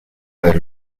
del